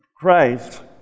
Christ